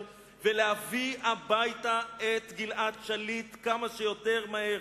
ולהביא הביתה את גלעד שליט כמה שיותר מהר.